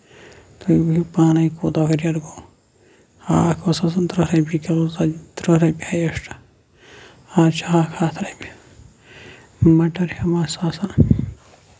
تُہۍ ؤنِو پانے کوٗتاہ ہُریر گوٚو ہاکھ اوس آسان ترٕہ رۄپیہِ کِلوٗ سُہ ہیٚیہِ ترٕہ رۄپیہِ ایکٕسٹرا آز چھُ ہاکھ ہَتھ رۄپیہِ بہٕ مَٹر ہیٚمہا سُہ آسان